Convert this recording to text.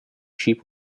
cheap